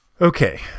Okay